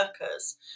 workers